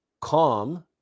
calm